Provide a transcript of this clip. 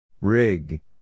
Rig